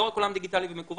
לא רק עולם דיגיטלי ומקוון,